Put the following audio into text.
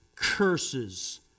Curses